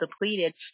depleted